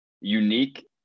unique